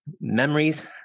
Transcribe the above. memories